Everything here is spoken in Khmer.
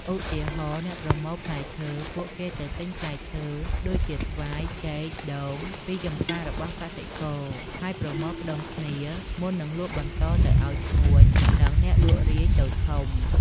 ឧទាហរណ៍៖ អ្នកប្រមូលផ្លែឈើពួកគេទៅទិញផ្លែឈើ ដូចជាស្វាយ ចេក ដូង... ពីចម្ការរបស់កសិករ ហើយប្រមូលផ្ដុំគ្នាមុននឹងលក់បន្តទៅឱ្យឈ្មួញ និងអ្នកលក់រាយតូចធំ។